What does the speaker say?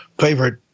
favorite